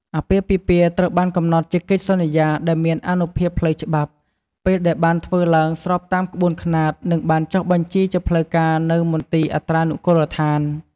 អាពាហ៍ពិពាហ៍ត្រូវបានកំណត់ជាកិច្ចសន្យាដែលមានអានុភាពផ្លូវច្បាប់ ពេលដែលបានធ្វើឡើងស្របតាមក្បួនខ្នាត និងបានចុះបញ្ជីជាផ្លូវការនៅ មន្ទីរអត្រានុកូលដ្ឋាន។